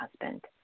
husband